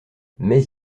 mais